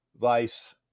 vice